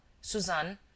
Suzanne